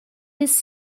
his